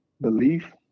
belief